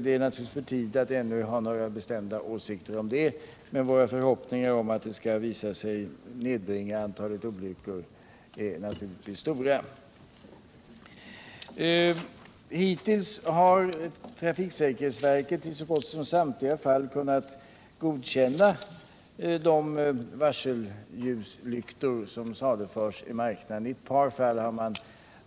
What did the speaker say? Det är naturligtvis för tidigt att ännu ha några bestämda åsikter om dem, men våra förhoppningar om att reformen skall visa sig nedbringa antalet olyckor är naturligtvis stora. Hittills har trafiksäkerhetsverket i så gott som samtliga fall kunnat godkänna de varselljuslyktor som saluförs i marknaden. I ett par fall